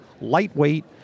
lightweight